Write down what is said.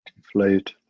deflate